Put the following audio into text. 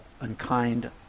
unkind